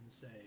say